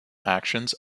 actions